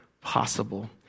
possible